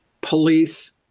police